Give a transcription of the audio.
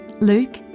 Luke